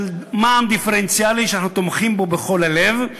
של מע"מ דיפרנציאלי, שאנחנו תומכים בו בכל הלב.